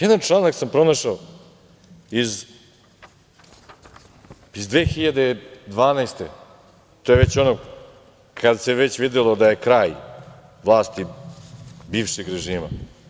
Jedan članak sam pronašao iz 2012. godine, to je ono kada se već videlo da je kraj vlasti bivšeg režima.